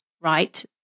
Right